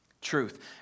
truth